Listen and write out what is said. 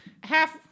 half